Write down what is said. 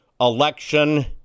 election